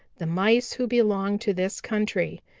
the mice who belong to this country.